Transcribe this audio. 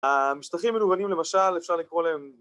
‫המשטחים מלוונים, למשל, ‫אפשר לקרוא להם...